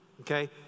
Okay